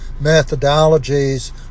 methodologies